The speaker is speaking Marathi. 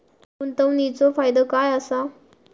गुंतवणीचो फायदो काय असा?